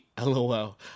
LOL